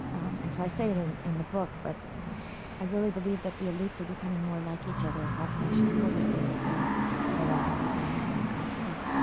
and so i say it in in the book, but i really believe that the elites are becoming more like each other across national borders than they are to low-income people in their own countries.